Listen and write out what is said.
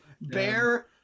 Bear